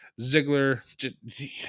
Ziggler